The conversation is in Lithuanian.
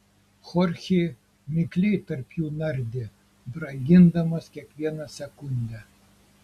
chorchė mikliai tarp jų nardė brangindamas kiekvieną sekundę